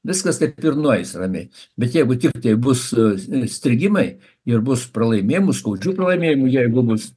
viskas taip ir nueis ramiai bet jeigu tiktai bus strigimai ir bus pralaimėjimų skaudžių pralaimėjimų jeigu bus